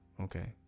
Okay